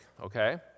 okay